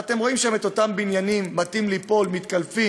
אתם רואים שם את אותם בניינים מטים-ליפול מתקלפים,